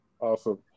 Awesome